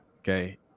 Okay